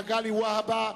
מגלי והבה,